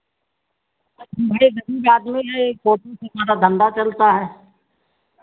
हम भाई गरीब आदमी हैं यही फोटो से हमारा धन्धा चलता है